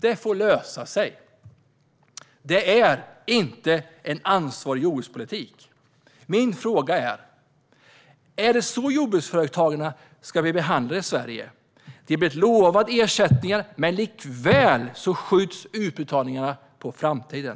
Det får lösa sig. Det är inte en ansvarsfull jordbrukspolitik. Min fråga är: Är det så här jordbruksföretagarna ska bli behandlade i Sverige? De har blivit lovade ersättningar, men likväl skjuts utbetalningarna på framtiden.